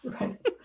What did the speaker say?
Right